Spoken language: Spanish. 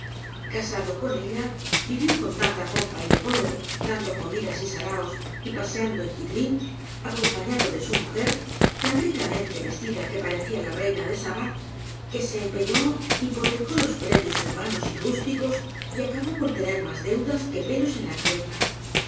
casado con ella vivió con tanta pompa y decoro dando comidas y saraos y pasean do en quitrín acompañado de su mujer tan ricamente vestida que parecía la reina de saba que se empeñó hipotecó los predios urbanos y rústicos y acabó por tener más deudas que pelos en la cabe